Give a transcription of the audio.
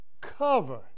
cover